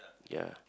ya